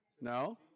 No